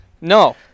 No